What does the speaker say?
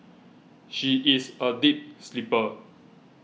she is a deep sleeper